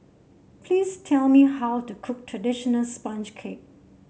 please tell me how to cook traditional sponge cake